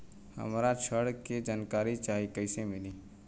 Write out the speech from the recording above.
हमरा ऋण के जानकारी चाही कइसे मिली?